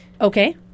Okay